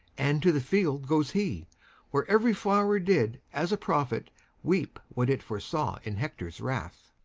and to the field goes he where every flower did as a prophet weep what it foresaw in hector's wrath.